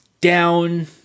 down